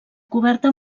coberta